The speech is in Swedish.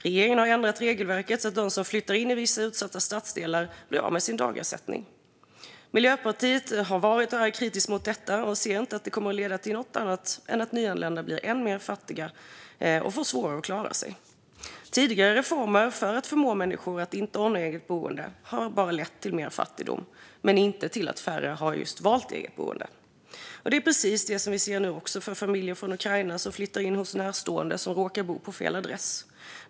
Regeringen har ändrat regelverket så att de som flyttar in i vissa utsatta stadsdelar blir av med sin dagersättning. Miljöpartiet har varit och är kritiskt mot detta och ser inte att det kommer att leda till något annat än att nyanlända blir än mer fattiga och får svårare att klara sig. Tidigare reformer för att förmå människor att inte ordna eget boende har bara lett till mer fattigdom, inte till att färre valt eget boende. Det är precis det vi ser nu också för familjer från Ukraina som flyttar in hos närstående som råkar bo på fel adress.